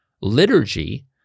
liturgy